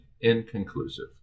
inconclusive